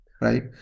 right